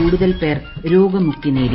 കൂടുതൽ പേർ രോഗമുക്തി നേടി